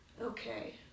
Okay